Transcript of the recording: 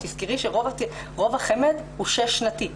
תזכרי שרוב החמ"ד הוא שש-שנתי,